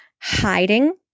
hiding